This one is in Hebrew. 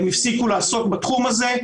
והם הפסיקו לעסוק בתחום הזה.